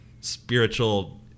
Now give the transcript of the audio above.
spiritual